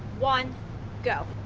one go